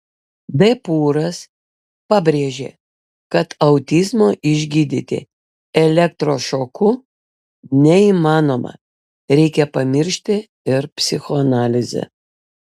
d pūras pabrėžė kad autizmo išgydyti elektrošoku neįmanoma reikia pamiršti ir psichoanalizę